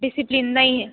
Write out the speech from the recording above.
discipline नाही आहे